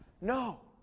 No